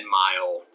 mile